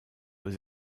aux